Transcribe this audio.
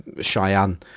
Cheyenne